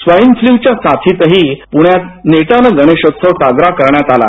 swine फ्लूच्या साथीतही पुण्यात नेटानं गणेशोत्सव साजरा झाला